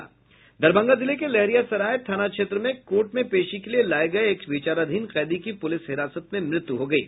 दरभंगा जिले के लहेरियासराय थाना क्षेत्र में कोर्ट में पेशी के लिए लाये गये एक विचाराधीन कैदी की पुलिस हिरासत में मृत्यु हो गयी